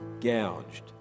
gouged